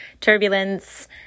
turbulence